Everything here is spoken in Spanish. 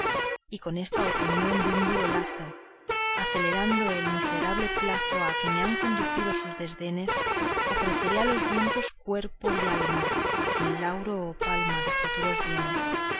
y con esta opinión y un duro lazo acelerando el miserable plazo a que me han conducido sus desdenes ofreceré a los vientos cuerpo y alma sin lauro o palma de futuros bienes